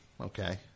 okay